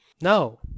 No